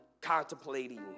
contemplating